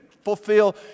fulfill